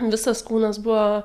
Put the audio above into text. visas kūnas buvo